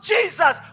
Jesus